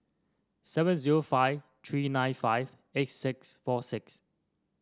seven zero five three nine five eight six four six